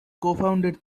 confounded